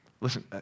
Listen